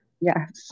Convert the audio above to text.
Yes